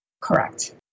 Correct